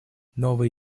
новые